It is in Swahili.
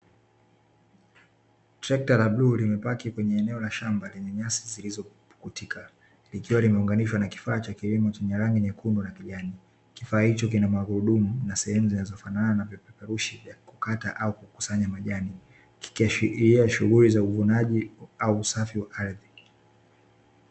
Trekta la bluu limepaki kwenye eneo la shamba lenye nyasi zilizopukutika, likiwa limeunganishwa na kifaa cha kilimo chenye rangi nyekundu na kijani, kifaa hicho kina magurudumu na sehemu zinazo fanana na vipeperushi kukata au kukusanya majani, kikiashiria shughuli za uvunaji au usafi wa ardhi.